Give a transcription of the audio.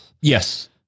Yes